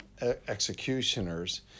executioners